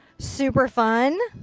super fun.